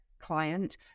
client